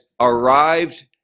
arrived